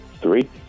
Three